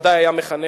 בוודאי היה מחנך